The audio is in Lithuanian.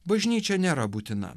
bažnyčia nėra būtina